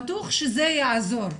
בטוח שזה יעזור.